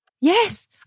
Yes